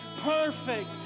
perfect